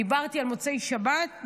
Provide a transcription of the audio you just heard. דיברתי על מוצאי שבת,